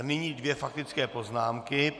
A nyní dvě faktické poznámky.